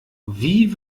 wie